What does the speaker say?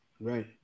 right